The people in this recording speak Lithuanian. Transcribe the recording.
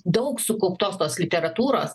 daug sukauptos tos literatūros